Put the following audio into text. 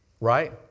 Right